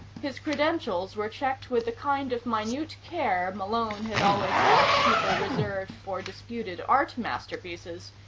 his credentials were checked with the kind of minute care malone had always thought people reserved for disputed art masterpieces,